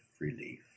relief